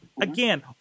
again